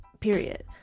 Period